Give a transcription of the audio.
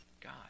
God